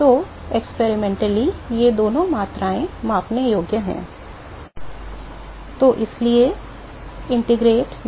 तो प्रयोगात्मक रूप से ये दोनों मापने योग्य मात्रा हैं